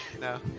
No